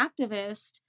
activist